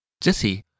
Jesse